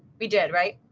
we did, right?